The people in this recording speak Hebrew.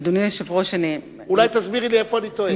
אדוני היושב-ראש, אולי תסבירי לי איפה אני טועה.